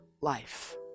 life